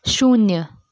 शून्य